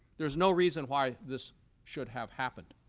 there's no reason why this should have happened.